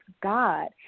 God